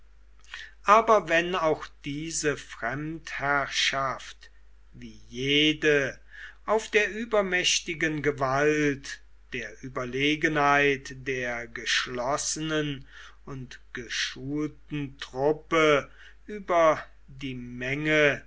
aber wenn auch diese fremdherrschaft wie jede auf der übermächtigen gewalt der überlegenheit der geschlossenen und geschulten truppe über die menge